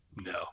No